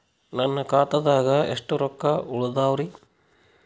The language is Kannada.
ನನ್ನ ಖಾತಾದಾಗ ಎಷ್ಟ ರೊಕ್ಕ ಉಳದಾವರಿ?